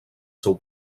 seu